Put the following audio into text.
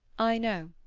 i know.